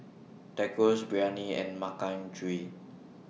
Tacos Biryani and Makchang Gui